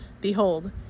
behold